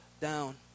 down